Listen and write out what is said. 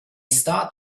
start